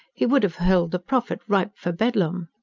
he would have held the prophet ripe for bedlam.